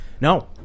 No